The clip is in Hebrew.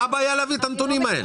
מה הבעיה להביא את הנתונים האלה?